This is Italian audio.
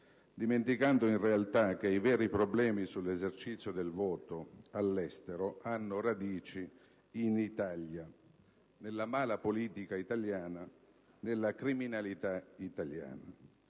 dimenticando in realtà che i veri problemi sull'esercizio del voto all'estero hanno radici in Italia, nella mala-politica italiana e nella criminalità italiana.